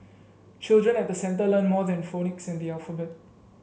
children at the centre learn more than phonics and the alphabet